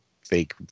fake